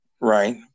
Right